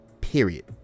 period